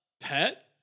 pet